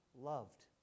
loved